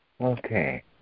Okay